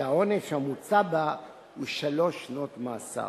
שהעונש המוצע בה הוא שלוש שנות מאסר.